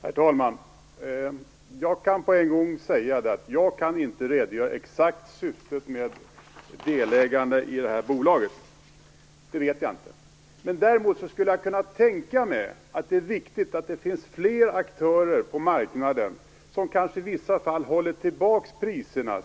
Herr talman! Jag kan på en gång säga att jag inte kan redogöra exakt för syftet med delägandet i detta bolag. Jag vet inte vilket det är. Däremot skulle jag kunna tänka mig att det är viktigt att det finns fler aktörer på marknaden som i vissa fall kanske håller tillbaka priserna.